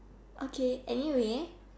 okay anyway